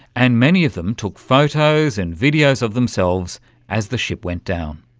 and many of them took photos and videos of themselves as the ship went down.